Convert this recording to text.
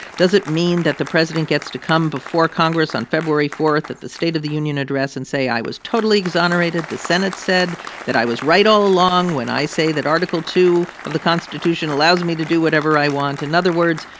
does it mean that the president gets to come before congress on february four at the state of the union address and say, i was totally exonerated the senate said that i was right all along when i say that article two of the constitution allows me to do whatever i want? in other words,